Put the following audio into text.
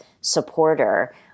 supporter